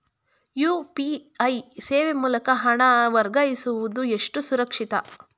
UPI ಸೇವೆ ಮೂಲಕ ಹಣ ವರ್ಗಾಯಿಸುವುದು ಎಷ್ಟು ಸುರಕ್ಷಿತ?